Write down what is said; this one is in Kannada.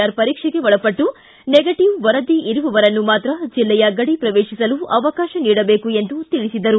ಆರ್ ಪರೀಕ್ಷೆಗೆ ಒಳಪಟ್ಟು ನೆಗೆಟವ್ ವರದಿ ಇರುವವರನ್ನು ಮಾತ್ರ ಜಿಲ್ಲೆಯ ಗಡಿ ಪ್ರವೇತಿಸಲು ಅವಕಾಶ ನೀಡಬೇಕು ಎಂದು ತಿಳಿಸಿದರು